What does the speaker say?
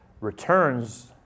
returns